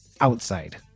outside